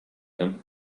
him